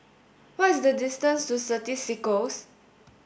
what is the distance to Certis Cisco